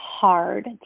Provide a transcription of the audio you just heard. hard